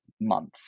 month